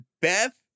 Beth